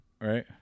Right